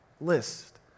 list